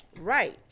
Right